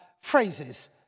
phrases